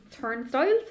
Turnstiles